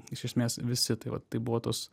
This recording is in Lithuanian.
iš esmės visi tai va tai buvo tos